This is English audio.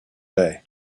day